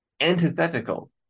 antithetical